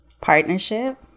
partnership